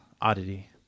Oddity